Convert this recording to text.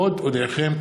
עוד אודיעכם,